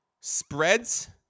spreads